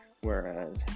Whereas